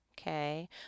okay